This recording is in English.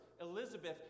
Elizabeth